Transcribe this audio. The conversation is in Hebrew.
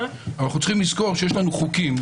אנחנו צריכים לזכור שיש לנו חוקים,